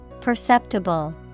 Perceptible